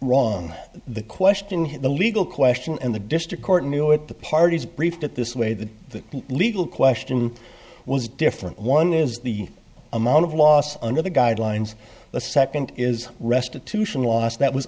wrong the question here the legal question and the district court knew it the parties briefed it this way that the legal question was different one is the amount of loss under the guidelines the second is restitution lost that was